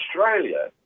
Australia